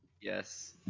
Yes